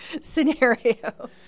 scenario